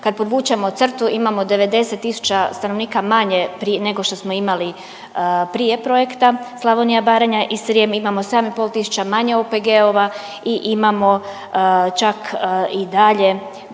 kad podvučemo crtu imamo 90 tisuća stanovnika manje nego što smo imali prije Projekta Slavonija, Baranja i Srijem, imamo 7,5 tisuća manje OPG-ova i imamo čak i dalje